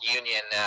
union